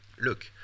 Look